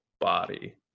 body